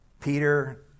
Peter